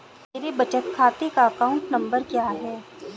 मेरे बचत खाते का अकाउंट नंबर क्या है?